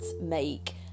make